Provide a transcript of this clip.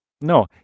no